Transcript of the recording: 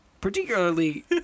particularly